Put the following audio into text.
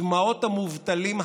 מדמעות המובטלים,